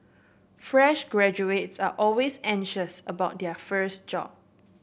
fresh graduates are always anxious about their first job